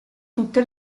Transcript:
tutte